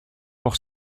pour